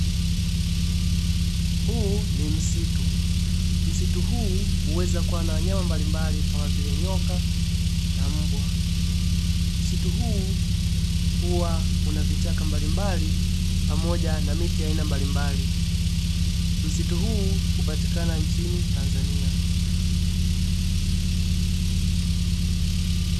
Huu ni msitu, msitu huu huweza kuwa na wanyama mbalimbali kama vile nyoka na mbwa. Msitu huu huwa unavichaka mbalimbali pamoja na miti aina mbalimbali. Msitu huu hupatikana nchini Tanzania.